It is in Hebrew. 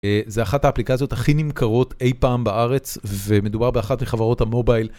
זה אחת האפליקציות הכי נמכרות אי פעם בארץ ומדובר באחת מחברות המובייל.